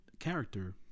character